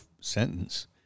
sentence